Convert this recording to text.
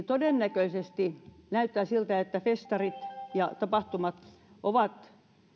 todennäköisesti näyttää siltä että festarit ja tapahtumat ovat